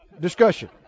discussion